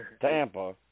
Tampa